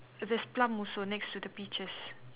there's plum also next to the peaches